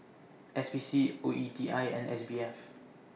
S P C O E T I and S B F